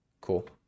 Cool